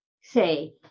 say